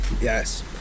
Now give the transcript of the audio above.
Yes